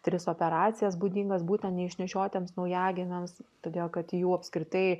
tris operacijas būdingas būtent neišnešiotiems naujagimiams todėl kad jų apskritai